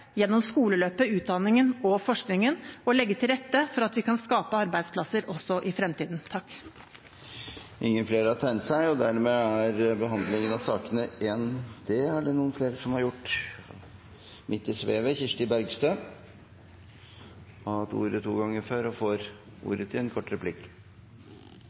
gjennom barnehagen, gjennom skoleløpet, gjennom utdanningen og forskningen, og legge til rette for at vi kan skape arbeidsplasser – også i fremtiden. Representanten Kirsti Bergstø har hatt ordet to ganger tidligere og får ordet til en kort